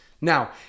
Now